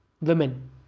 women